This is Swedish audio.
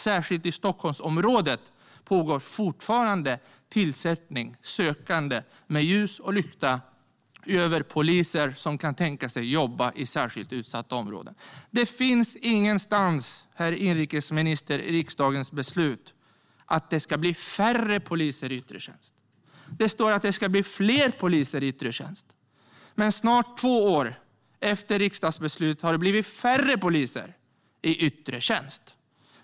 Särskilt i Stockholmsområdet pågår fortfarande tillsättning och sökande med ljus och lykta efter poliser som kan tänka sig att jobba i särskilt utsatta områden. Det står ingenstans, herr inrikesminister, i riksdagens beslut att det ska bli färre poliser i yttre tjänst. Det står att det ska bli fler poliser i yttre tjänst. Snart två år efter riksdagsbeslutet har det blivit färre poliser i yttre tjänst.